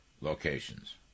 locations